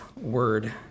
word